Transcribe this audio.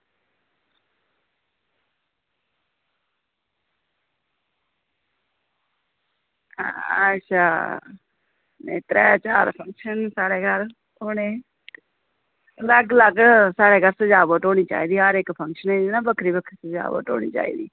अच्छा त्रै चार फक्शन साढ़े घर होने अलग अलग साढ़े घर सजावट होनी चाहिदी ऐ हर इक फक्शनें दी जियां बक्खरी बक्खरी सजावट होनी चाहिदी